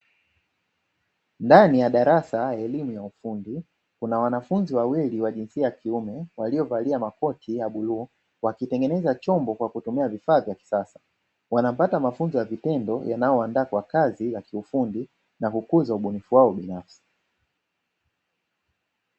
Ndani ya darasa elimu ya ufundi, kuna wanafunzi wawili wa jinsia ya kiume waliovalia makoti ya bluu, wakitengeneza chombo kwa kutumia vifaa vya kisasa. Wanapata mafunzo ya vitendo yanayowaandaa kwa kazi ya kiufundi na kukuza ubunifu wao binafsi.